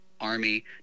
army